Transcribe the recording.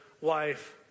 wife